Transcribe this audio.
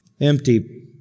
empty